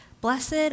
blessed